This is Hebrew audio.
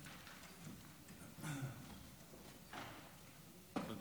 רק